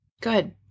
Good